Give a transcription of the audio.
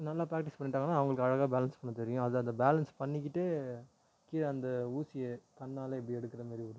நல்லா ப்ராக்டீஸ் பண்ணிட்டாங்கன்னால் அவங்களுக்கு அழகாக பேலன்ஸ் பண்ண தெரியும் அது அதை பேலன்ஸ் பண்ணிக்கிட்டே கீழே அந்த ஊசியை கண்ணால் இப்படி எடுக்கிற மாதிரி ஒரு